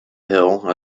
hill